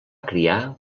criar